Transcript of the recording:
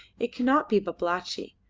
it cannot be babalatchi,